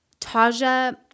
Taja